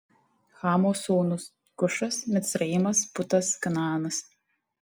chamo sūnūs kušas micraimas putas ir kanaanas